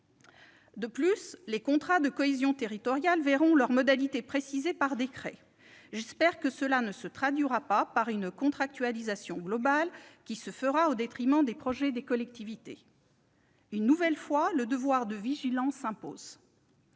De plus, les contrats de cohésion territoriale verront leurs modalités précisées par décret. J'espère que cela ne se traduira pas par une contractualisation globale qui se ferait au détriment des projets des collectivités. Une nouvelle fois, le devoir de vigilance s'impose.